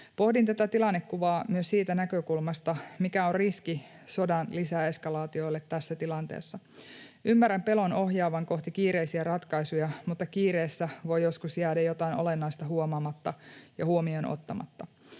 Pohdin tätä tilannekuvaa myös siitä näkökulmasta, mikä on riski sodan lisäeskalaatioille tässä tilanteessa. Ymmärrän pelon ohjaavan kohti kiireisiä ratkaisuja, mutta kiireessä voi joskus jäädä jotain olennaista huomaamatta ja huomioon ottamatta.